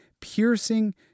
Piercing